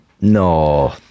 No